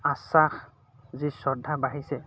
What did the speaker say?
আশ্বাস যি শ্ৰদ্ধা বাঢ়িছে